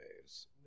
days